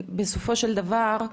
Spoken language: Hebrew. בסופו של דבר,